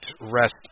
rest